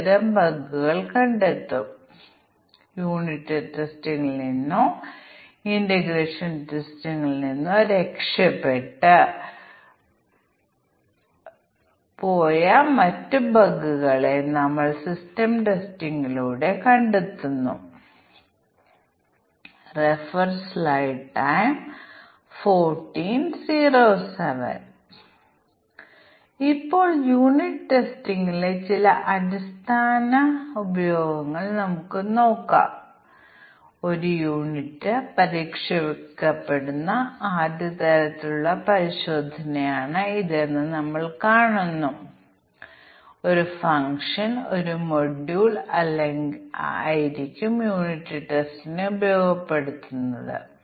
ഈ പദാവലി അനുസരിച്ച് ഇൻപുട്ട് പരാമീറ്ററുകളുടെ സംയോജനമാണ് ഒരു ടി വേ തെറ്റ് സംഭവിക്കുന്നത് നിങ്ങൾ പറയുന്നതുപോലെ ഞങ്ങൾ 5 വഴി തെറ്റ് വരെ പരിഗണിക്കുകയാണെങ്കിൽ സാധ്യമായ എല്ലാ ബഗുകളും പ്രായോഗിക സോഫ്റ്റ്വെയറിലും പരീക്ഷണമായും കണ്ടെത്തുമായിരുന്നു സോഫ്റ്റ്വെയർ തകരാറുകളിൽ ഭൂരിഭാഗവും ലളിതവും ജോഡി തിരിച്ചുള്ളതുമായ തകരാറുകൾ ഉൾക്കൊള്ളുന്നുവെന്ന് കാണിക്കുന്നു വളരെ വലിയ സോഫ്റ്റ്വെയർ സങ്കീർണ്ണവും വലുതുമായ സോഫ്റ്റ്വെയറുകൾക്കുപോലും ജോഡി തിരിച്ചുള്ള തെറ്റുകൾ ഞങ്ങൾ പരിഗണിക്കുകയാണെങ്കിൽ 80 90 ശതമാനം പ്രശ്നങ്ങളും ഞങ്ങൾ കണ്ടെത്തുമായിരുന്നു 3 വേ അല്ലെങ്കിൽ 4 വേ പരിഗണിക്കുക നിലവിലുള്ള മിക്കവാറും എല്ലാ ബഗുകളും ഞങ്ങൾക്ക് ലഭിക്കുമായിരുന്നു കൂടാതെ ടെസ്റ്റ് കേസുകളുടെ എണ്ണം വളരെ കുറയ്ക്കുകയും ചെയ്യും